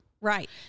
Right